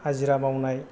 हाजिरा मावनाय